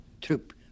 Troop